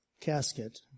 casket